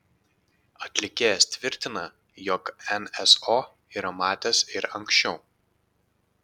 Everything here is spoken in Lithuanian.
atlikėjas tvirtina jog nso yra matęs ir anksčiau